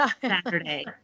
Saturday